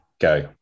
go